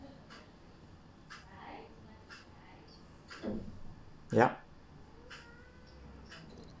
yup